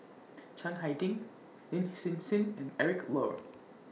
Chiang Hai Ding Lin Hsin Hsin and Eric Low